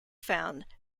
found